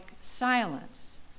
silence